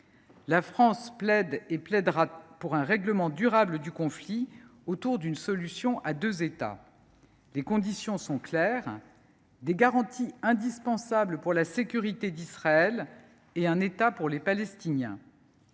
La France plaide – et plaidera – pour un règlement durable du conflit, autour d’une solution à deux États. Les conditions sont claires : des garanties indispensables pour la sécurité d’Israël et un État pour les Palestiniens.